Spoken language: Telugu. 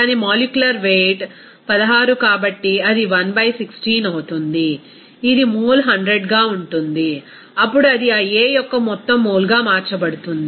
దాని మాలిక్యులర్ వెయిట్ 16 కాబట్టి అది 1 బై 16 అవుతుంది ఇది మోల్ 100గా ఉంటుంది అప్పుడు అది ఆ A యొక్క మొత్తం మోల్గా మార్చబడుతుంది